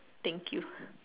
thank you